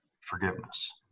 forgiveness